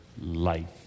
life